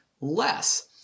less